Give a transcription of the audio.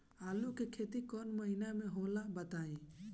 आलू के खेती कौन महीना में होला बताई?